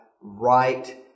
right